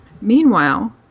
Meanwhile